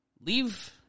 leave